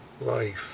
life